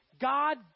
God